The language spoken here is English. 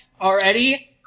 already